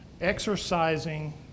Exercising